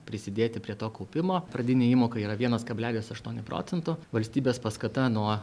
prisidėti prie to kaupimo pradinė įmoka yra vienas kablelis aštuoni procento valstybės paskata nuo